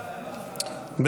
אדוני.